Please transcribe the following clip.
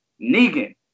Negan